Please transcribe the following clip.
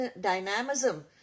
dynamism